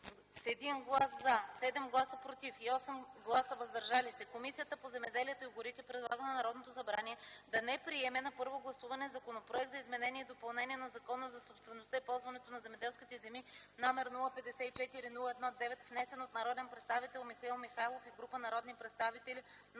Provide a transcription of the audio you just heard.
С 1 глас „за”, 7 гласа „против” и 8 гласа „въздържали се”, Комисията по земеделието и горите предлага на Народното събрание да не приеме на първо гласуване Законопроект за изменение и допълнение на Закона за собствеността и ползуването на земеделските земи, № 054-01-9, внесен от народния представител Михаил Михайлов и група народни представители на 18 февруари